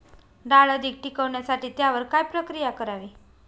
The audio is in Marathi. डाळ अधिक टिकवण्यासाठी त्यावर काय प्रक्रिया करावी?